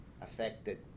affected